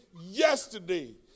yesterday